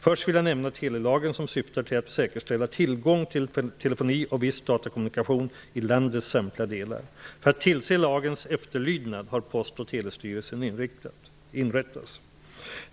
Först vill jag nämna telelagen, som syftar till att säkerställa tillgång till telefoni och viss datakommunikation i landets samtliga delar. För att tillse lagens efterlydnad har Post och telestyrelsen inrättats.